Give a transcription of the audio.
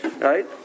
Right